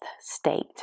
state